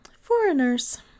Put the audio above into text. Foreigners